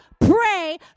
pray